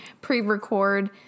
pre-record